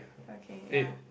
okay ya